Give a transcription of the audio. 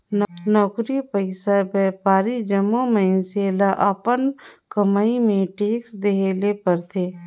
नउकरी पइसा, बयपारी जम्मो मइनसे ल अपन कमई में टेक्स देहे ले परथे